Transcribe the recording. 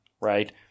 right